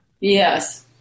Yes